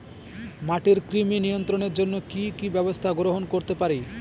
মাটির কৃমি নিয়ন্ত্রণের জন্য কি কি ব্যবস্থা গ্রহণ করতে পারি?